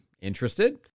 Interested